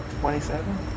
Twenty-seven